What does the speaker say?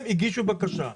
הם הגישו בקשה.